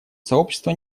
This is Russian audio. сообщество